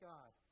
God